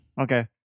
Okay